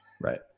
right